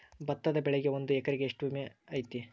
ಭತ್ತದ ಬೆಳಿಗೆ ಒಂದು ಎಕರೆಗೆ ಎಷ್ಟ ಬೆಳೆ ವಿಮೆ ಐತಿ?